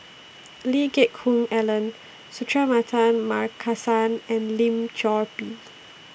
Lee Geck Hoon Ellen Suratman Markasan and Lim Chor Pee